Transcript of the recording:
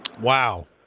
Wow